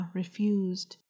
refused